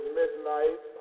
midnight